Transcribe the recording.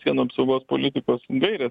sienų apsaugos politikos gairės